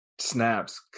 snaps